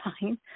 fine